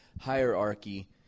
hierarchy